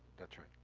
that's right.